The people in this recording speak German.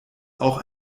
auch